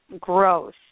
growth